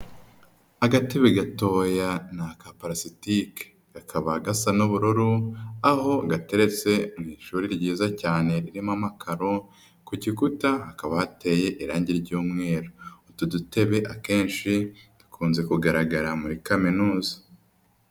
Agatebe gatoya ni akapalasitike kakaba gasa n'ubururu. Aho gateretse mu ishuri ryiza cyane ririmo amakaro, ku gikuta hakaba hateye irangi ry'umweru. Utu dutebe akenshi dukunze kugaragara muri kaminuza.